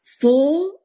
Four